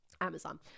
Amazon